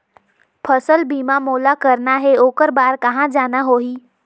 फसल बीमा मोला करना हे ओकर बार कहा जाना होही?